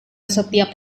setiap